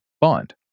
bond